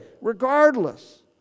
regardless